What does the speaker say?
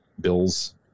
bills